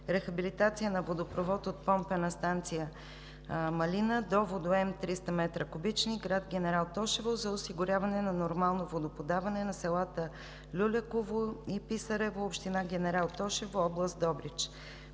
„Рехабилитация на водопровод от Помпена станция Малина до водоем 300 м3 – град Генерал Тошево“, за осигуряване на нормално водоподаване на селата Люляково и Писарово, община Генерал Тошево, област Добрич.